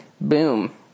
Boom